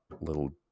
little